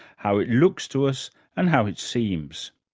how it looks to us and how it seems.